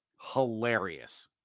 hilarious